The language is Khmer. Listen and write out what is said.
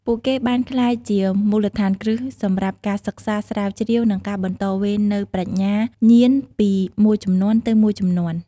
ពួកគេបានក្លាយជាមូលដ្ឋានគ្រឹះសម្រាប់ការសិក្សា ស្រាវជ្រាវ និងការបន្តវេននូវប្រាជ្ញាញាណពីមួយជំនាន់ទៅមួយជំនាន់។